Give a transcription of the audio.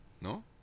No